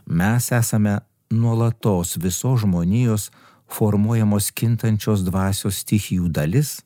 mes esame nuolatos visos žmonijos formuojamos kintančios dvasios stichijų dalis